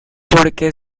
porque